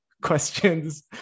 questions